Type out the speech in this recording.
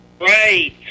Right